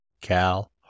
Cal